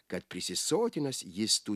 kad prisisotinęs jis tų